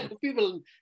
People